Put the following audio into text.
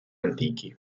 antichi